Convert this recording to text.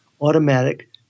automatic